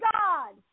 God